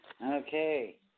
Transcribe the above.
Okay